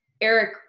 Eric